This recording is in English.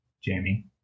Jamie